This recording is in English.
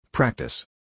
Practice